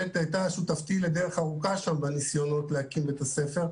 שהייתה שותפתי לדרך ארוכה בניסיונות להקים שם בית ספר,